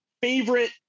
favorite